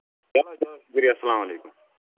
چلو چلو شُکریہ اَلسلام علیکُم